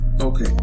Okay